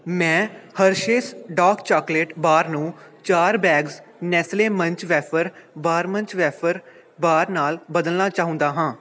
ਮੈਂ Hershey's dark chocolate bar ਨੂੰ ਚਾਰ bags Nestle munch wafer bar munch wafer bar ਨਾਲ ਬਦਲਣਾ ਚਾਹੁੰਦਾ ਹਾਂ